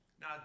Now